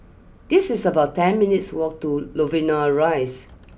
this is about ten minutes' walk to Novena Rise